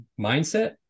mindset